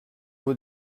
vos